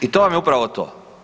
I to vam je upravo to.